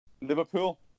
Liverpool